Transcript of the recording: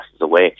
away